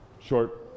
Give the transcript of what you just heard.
short